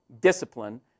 discipline